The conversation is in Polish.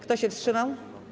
Kto się wstrzymał?